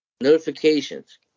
Notifications